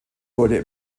wurde